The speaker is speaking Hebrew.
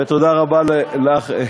ותודה רבה לך.